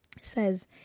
Says